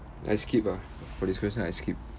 I skip ah for this question I skip